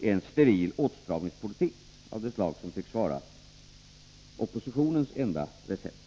en steril åtstramningspolitik av det slag som tycks vara oppositionens enda recept.